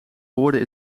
woorden